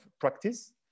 practice